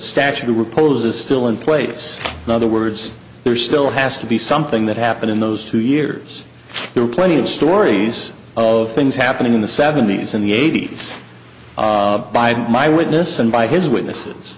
statue reposes still in place in other words there still has to be something that happened in those two years there are plenty of stories of things happening in the seventies and eighties by my witness and by his witnesses